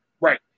right